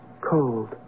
Cold